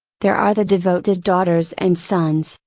there are the devoted daughters and sons,